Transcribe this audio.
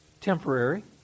temporary